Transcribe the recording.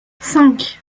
cinq